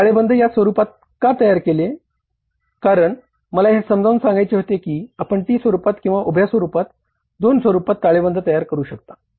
मी ताळेबंद या स्वरूपात का तयार केले आहे कारण मला हे समजावून सांगायचे होते की आपण T स्वरूपात किंवा उभ्या स्वरूपात दोन स्वरूपात ताळेबंद तयार करू शकता